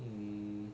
um